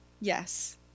Yes